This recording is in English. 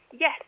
Yes